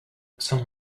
some